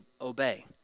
obey